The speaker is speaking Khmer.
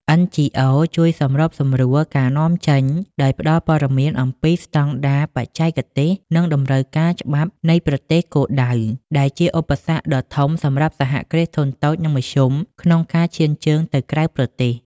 NGOs ជួយសម្របសម្រួលការនាំចេញដោយផ្ដល់ព័ត៌មានអំពីស្ដង់ដារបច្ចេកទេស និងតម្រូវការច្បាប់នៃប្រទេសគោលដៅ ដែលជាឧបសគ្គដ៏ធំសម្រាប់ សហគ្រាសធុនតូច និងមធ្យម ក្នុងការឈានជើងទៅក្រៅប្រទេស។